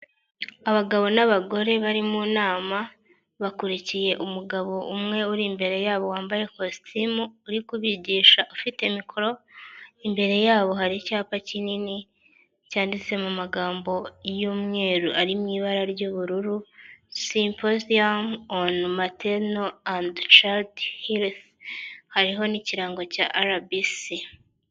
Abagabo n'abagore bari mu nama bakurikiye umugabo umwe uri imbere yabo wambaye kositimu uri kubigisha ufite mikoro, imbere yabo hari icyapa kinini cyanditse mu magambo y'umweru ari mu ibara ry'ubururu symposium on maternal and child health hariho n'ikirango cya RBC.